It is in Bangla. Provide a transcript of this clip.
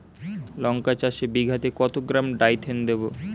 লঙ্কা চাষে বিঘাতে কত গ্রাম ডাইথেন দেবো?